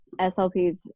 SLPs